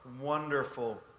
wonderful